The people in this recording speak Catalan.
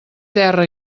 terra